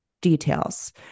details